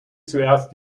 zuerst